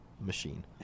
machine